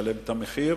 שמשלם את המחיר